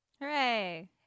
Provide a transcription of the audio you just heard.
hooray